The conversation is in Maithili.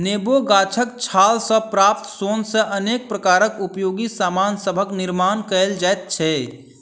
नेबो गाछक छाल सॅ प्राप्त सोन सॅ अनेक प्रकारक उपयोगी सामान सभक निर्मान कयल जाइत छै